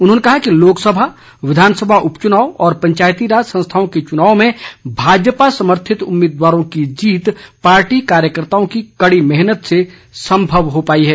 उन्होंने कहा कि लोकसभा विधानसभा उपचुनाव और पंचायती राज संस्थाओं के चुनाव में भाजपा समर्थित उम्मीदवारों की जीत पार्टी कार्यकर्ताओं की कड़ी मेहनत से सम्भव हो पाई है